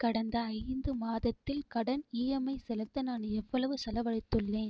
கடந்த ஐந்து மாதத்தில் கடன் இஎம்ஐ செலுத்த நான் எவ்வளவு செலவழித்துள்ளேன்